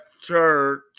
church